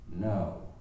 No